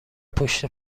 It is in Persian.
پشت